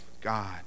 God